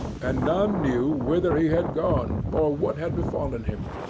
and none knew whither he had gone or what had befallen him.